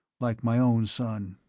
like my own son